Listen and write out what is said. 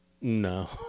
No